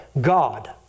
God